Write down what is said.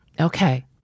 Okay